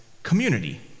community